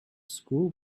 school